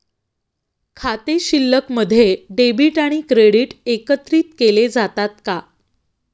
खाते शिल्लकमध्ये डेबिट आणि क्रेडिट एकत्रित केले जातात का?